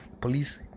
Police